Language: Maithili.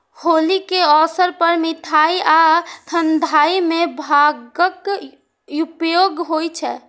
होली के अवसर पर मिठाइ आ ठंढाइ मे भांगक उपयोग होइ छै